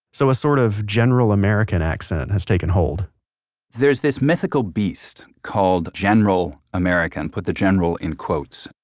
so a sort of general american accent has taken hold there's this mythical beast called general american, put the general in quotes.